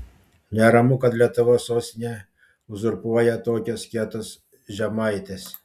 neramu kad lietuvos sostinę uzurpuoja tokios kietos žemaitės